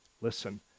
listen